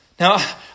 Now